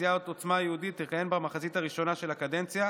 מסיעת עוצמה יהודית יכהן במחצית הראשונה של הקדנציה,